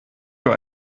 für